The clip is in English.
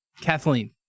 Kathleen